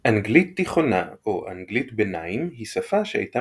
אנגלית תיכונה או אנגלית ביניים היא שפה שהייתה